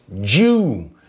Jew